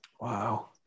Wow